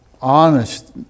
honest